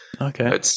Okay